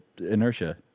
inertia